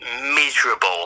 miserable